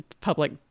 public